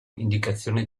indicazione